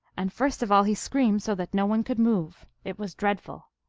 and first of all he screamed so that no one could move. it was dreadful.